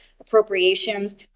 appropriations